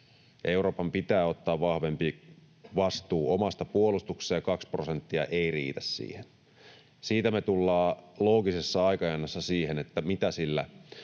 Euroopan pitää ottaa vahvempi vastuu omasta puolustuksesta, ja kaksi prosenttia ei riitä siihen. Siitä me tullaan loogisessa aikajanassa siihen, mitä sillä